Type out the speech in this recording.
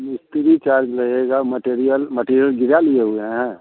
मिस्त्री चार्ज लगेगा material material गिरा लिए हुए हैं